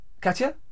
Katya